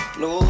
no